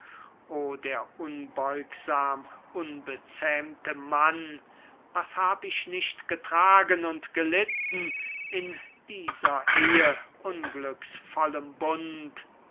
der unbeugsam unbezähmte mann was hab ich nicht getragen und gelitten in dieser ehe unglücksvollem bund